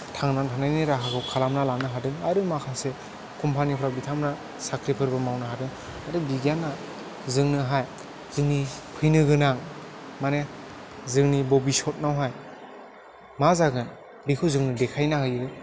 थांना थानायनि राहाखौ खालामना लानो हादों आरो माखासे कम्पानिफ्राव बिथांमोना साख्रिफोरबो मावनो हादों आरो बिगियाना जोंनोहाय जोंनि फैनो गोनां माने जोंनि भबिसथआवहाय मा जागोन बेखौ जों देखायनो होयो